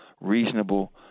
reasonable